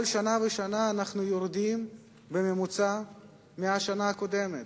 כל שנה אנחנו יורדים בממוצע מהשנה הקודמת.